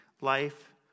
life